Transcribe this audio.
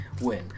win